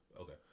okay